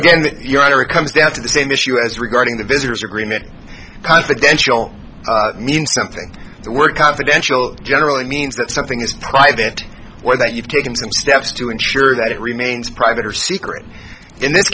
again you're either a comes down to the same issue as regarding the visitors agreement confidential means something were confidential generally means that something is private or that you've taken some steps to ensure that it remains private or secret in this